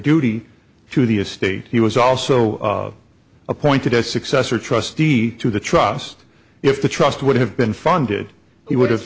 duty to the estate he was also appointed as successor trustee to the trust if the trust would have been funded he would